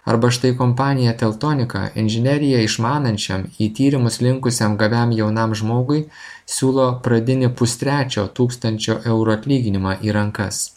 arba štai kompanija teltonika inžineriją išmanančiam į tyrimus linkusiam gabiam jaunam žmogui siūlo pradinį pustrečio tūkstančio eurų atlyginimą į rankas